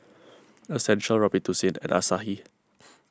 Essential Robitussin and Asahi